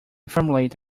formulate